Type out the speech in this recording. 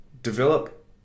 Develop